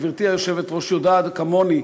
גברתי היושבת-ראש יודעת כמוני,